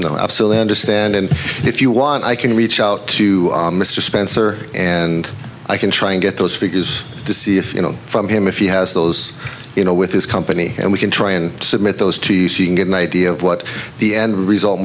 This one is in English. i absolutely understand and if you want i can reach out to mr spencer and i can try and get those figures to see if you know from him if he has those you know with his company and we can try and submit those to get an idea of what the end result